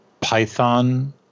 Python